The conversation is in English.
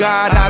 God